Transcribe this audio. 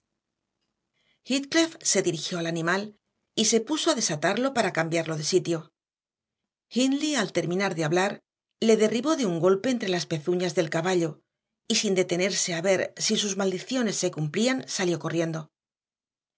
se dirigió al animal y se puso a desatarlo para cambiarlo de sitio hindley al terminar de hablar le derribó de un golpe entre las pezuñas del caballo y sin detenerse a ver si sus maldiciones se cumplían salió corriendo